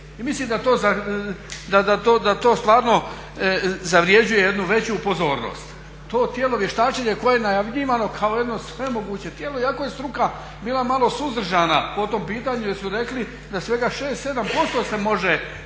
mislim da to stvarno zavređuje jednu veću pozornost. To tijelo vještačenja koje je najavljivano kao jedno svemoguće tijelo iako je struka bila malo suzdržana po tom pitanju jer su rekli da svega 6%, 7% se može